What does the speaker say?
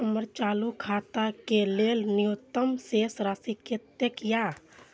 हमर चालू खाता के लेल न्यूनतम शेष राशि कतेक या?